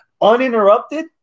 uninterrupted